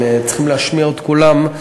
הם צריכים להשמיע את קולם,